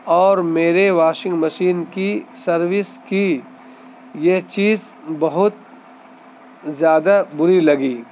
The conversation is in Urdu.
اور میرے واشنگ مشین کی سروس کی یہ چیز بہت زیادہ بری لگی